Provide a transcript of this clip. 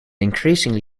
increasingly